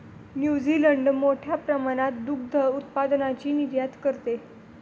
New Zealand मोठ्या प्रमाणात दुग्ध उत्पादनाची निर्यात करते